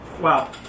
Wow